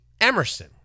Emerson